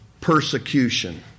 persecution